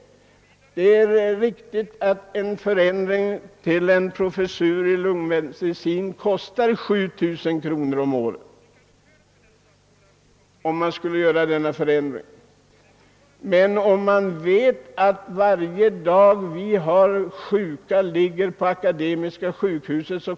Det är riktigt att en ändring av vederbörande tjänst till en professur i lungmedicin kostar 7000 kr. om året, men vi vet också att det kostar minst 300 kr. varje dag en sjuk människa ligger på Akademiska sjukhuset.